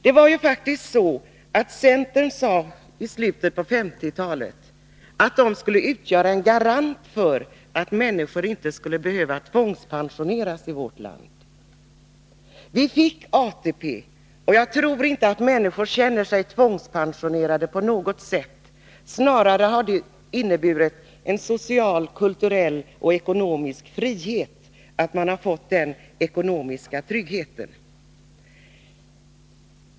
Det var faktiskt så att centern i slutet av 1950-talet sade att man skulle utgöra en garant för att människor inte skulle behöva tvångspensioneras i vårt land. Vi fick ATP, och jag tror inte att människor känner sig tvångspensionerade på något sätt. Snarare har det inneburit en social, kulturell och ekonomisk frihet att människor har fått denna ekonomiska trygghet.